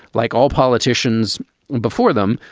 like all politicians and before them,